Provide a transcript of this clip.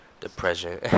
Depression